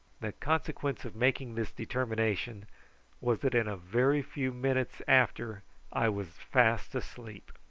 the consequence of making this determination was that in a very few minutes after i was fast asleep.